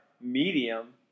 medium